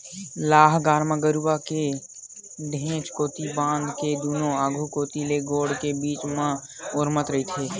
लांहगर ह गरूवा के घेंच कोती ले बांध के दूनों आघू कोती के गोड़ के बीच म ओरमत रहिथे